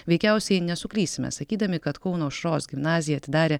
veikiausiai nesuklysime sakydami kad kauno aušros gimnazija atidarė